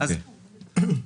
אוקיי.